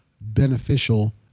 beneficial